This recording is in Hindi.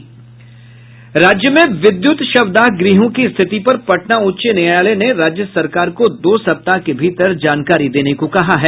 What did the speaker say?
राज्य में विद्युत शवदाह गृहों की स्थिति पर पटना उच्च न्यायालय ने राज्य सरकार को दो सप्ताह के भीतर जानकारी देने को कहा है